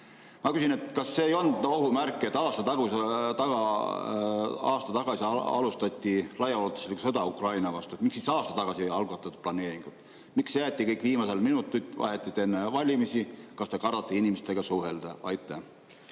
Ma küsin, kas see ei olnud ohumärk, et aasta tagasi alustati laiaulatuslikku sõda Ukraina vastu. Miks siis aasta tagasi ei algatatud planeeringut? Miks jäeti kõik viimasele minutile, vahetult enne valimisi? Kas te kardate inimestega suhelda? Aitäh,